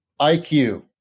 IQ